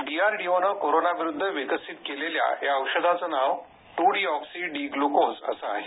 डीआरडीओनं कोरोनाविरुद्ध विकसित केलेल्या या औषधाचं नाव टूंडीऑक्सी डी ग्लुकोज असं आहे